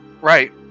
Right